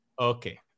okay